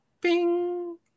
Bing